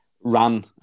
ran